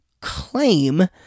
claim